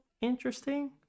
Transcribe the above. Interesting